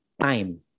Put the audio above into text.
time